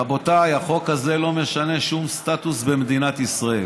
רבותיי, החוק הזה לא משנה שום סטטוס במדינת ישראל.